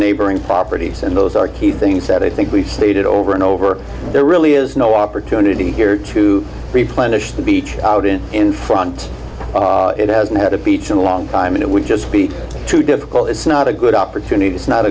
neighboring properties and those are key things that i think we've stated over and over there really is no opportunity here to replenish the beach out in in front it hasn't had a beach in a long time and it would just be too difficult it's not a good opportunity it's not